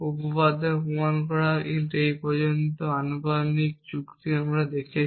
উপপাদ্য প্রমাণ করা কিন্তু এ পর্যন্ত আমরা আনুপাতিক যুক্তি দেখেছি